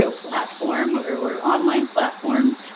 so platform or or online platform.